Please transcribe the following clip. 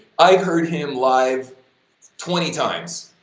i heard him live twenty times,